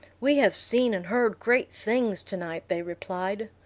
we have seen and heard great things to-night, they replied.